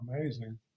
amazing